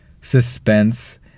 suspense